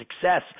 success